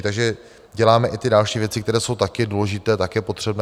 Takže děláme i ty další věci, které jsou taky důležité, taky potřebné.